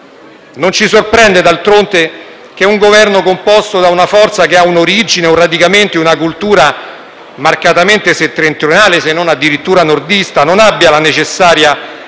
Non ci sorprende, d'altronde, che un Governo composto da una forza con un'origine, un radicamento e una cultura marcatamente settentrionale, se non addirittura nordista, non abbia la necessaria